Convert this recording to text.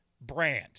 brand